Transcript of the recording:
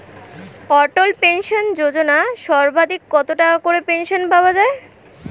অটল pension যোজনা সর্বাধিক কত টাকা করে পেনশন পাওয়া যায়?